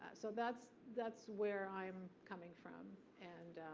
so that's that's where i'm coming from, and